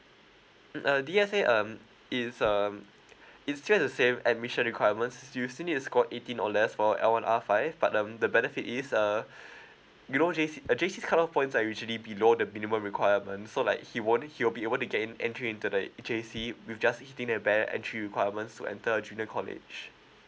mm D_S_A um it's um it's still the same admission requirements you still need to score eighteen or less for L one R five but um the benefit is uh you know J_C uh J_C cut off points are usually below the minimum requirement so like he won't he will be able to get in entry into the J_C will just hitting the bear entry requirement so enter a junior college